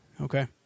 Okay